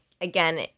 again